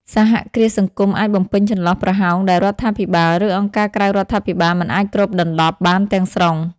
សហគ្រាសសង្គមអាចបំពេញចន្លោះប្រហោងដែលរដ្ឋាភិបាល ឬអង្គការក្រៅរដ្ឋាភិបាលមិនអាចគ្របដណ្តប់បានទាំងស្រុង ។